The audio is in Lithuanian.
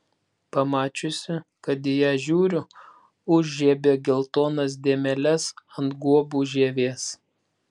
pamačiusi kad į ją žiūriu užžiebė geltonas dėmeles ant guobų žievės